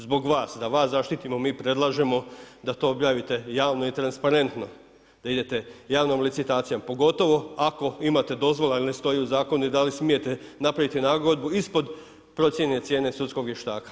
Zbog vas, da vas zaštitimo mi predlažemo da to objavite javno i transparentno, da idete javnom licitacijom, pogotovo ako imate dozvole jer ne stoji u Zakonu i da li smijete napraviti nagodbu ispod procijenjene cijene sudskog vještaka.